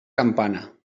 campana